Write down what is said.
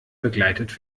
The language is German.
begleitet